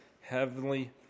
heavenly